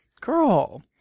Girl